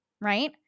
Right